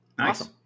Awesome